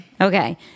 Okay